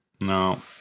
No